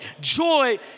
Joy